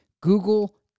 Google